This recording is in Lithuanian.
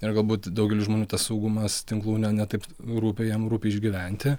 ir galbūt daugeliui žmonių tas saugumas tinklų ne ne taip rūpi jiem rūpi išgyventi